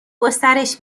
گسترش